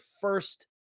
first